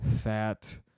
fat